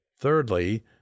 Thirdly